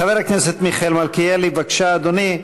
חבר הכנסת מיכאל מלכיאלי, בבקשה, אדוני.